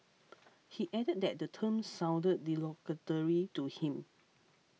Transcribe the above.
he added that the term sounded derogatory to him